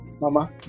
mama